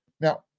Now